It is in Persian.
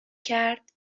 کرد